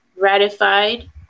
ratified